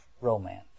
romance